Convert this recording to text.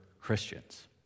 Christians